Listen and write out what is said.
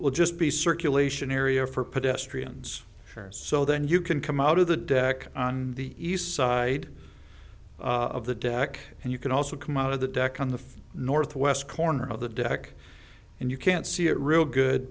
will just be circulation area for pedestrians so then you can come out of the deck on the east side of the deck and you can also come out of the deck on the northwest corner of the deck and you can't see it real good